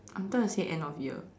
wanted to say end of year